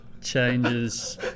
changes